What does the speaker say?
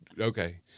okay